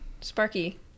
Sparky